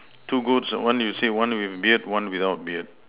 two goats one you say one with beard one without beard